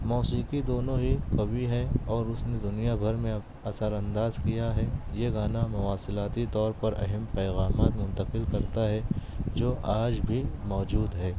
موسیقی دونوں ہی قوی ہیں اور اس نے دنیا بھر میں اثر انداز کیا ہے یہ گانا مواصلاتی طور پر اہم پیغامات منتقل کرتا ہے جو آج بھی موجود ہے